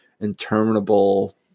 interminable